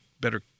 better